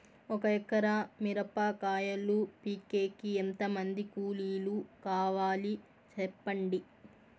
ఒక ఎకరా మిరప కాయలు పీకేకి ఎంత మంది కూలీలు కావాలి? సెప్పండి?